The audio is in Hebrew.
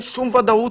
אין שום ודאות,